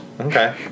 Okay